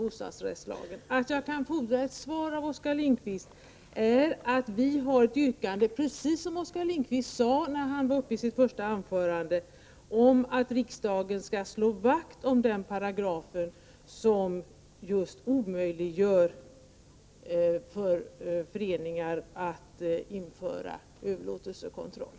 Anledningen till att jag kan fordra ett svar av Oskar Lindkvist är att vi har ett yrkande, precis som Oskar Lindkvist sade i sitt första anförande, om att riksdagen skall slå vakt om den paragrafen, som just omöjliggör för föreningar att införa överlåtelsekontroll.